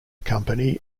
company